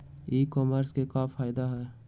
ई commerce के क्या फायदे हैं?